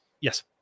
yes